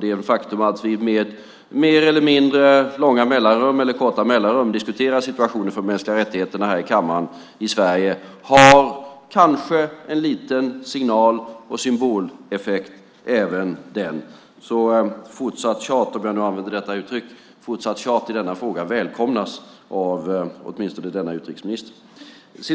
Det faktum att vi med mer eller mindre långa eller korta mellanrum diskuterar situationen för mänskliga rättigheter här i kammaren i Sverige har kanske en liten signal och symboleffekt. Fortsatt tjat i denna fråga - om vi nu ska använda detta uttryck - välkomnas av åtminstone denna utrikesminister. Vi är